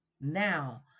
now